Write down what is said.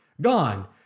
Gone